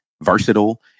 versatile